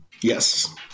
Yes